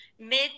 mid